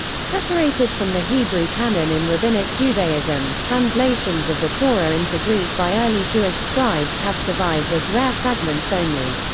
separated from the hebrew canon in rabbinic judaism, judaism, translations of the torah into greek by early jewish scribes have survived as rare fragments only.